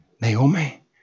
Naomi